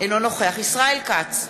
אינו נוכח ישראל כץ,